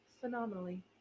phenomenally